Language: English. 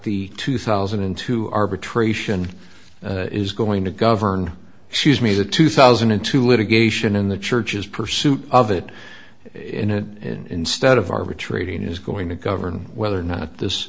the two thousand and two arbitration is going to govern she's me the two thousand and two litigation in the churches pursuit of it in an in instead of arbitrating is going to govern whether or not this